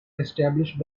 established